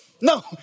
No